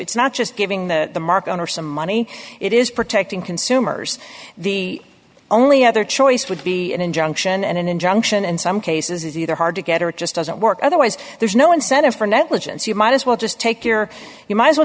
it's not just giving the mark on or some money it is protecting consumers the only other choice would be an injunction and an injunction in some cases either hard to get or it just doesn't work otherwise there's no incentive for negligence you might as well just take care you might as well